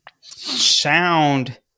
sound